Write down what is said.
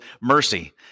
mercy